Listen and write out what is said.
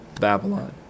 Babylon